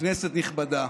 כנסת נכבדה,